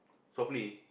softly